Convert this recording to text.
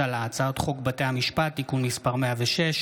הצעת חוק לתיקון פקודת התעבורה (פיצוי כספי בגין איחור אוטובוס),